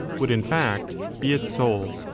would in fact be its soul.